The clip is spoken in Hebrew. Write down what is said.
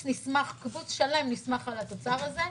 קיבוץ שלם נסמך על התוצר הזה.